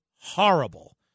horrible